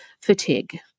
fatigue